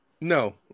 No